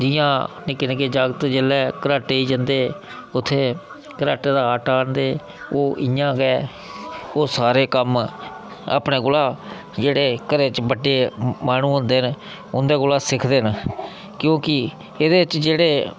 जि'यां निक्के निक्के जागत जिसलै घराटै ई जंदे उत्थें घराटै दा आटा आह्नदे ओह् इ'यां गै ओह् सारे कम्म अपने कोला जेह्ड़े घरै च बड्डे माह्नू होंदे न उं'दे कोला सिक्खदे न क्योंकि एह्दे च जेह्ड़े